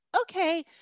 okay